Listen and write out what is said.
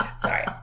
Sorry